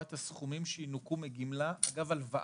את הסכומים שינוכו מגמלה אגב הלוואה.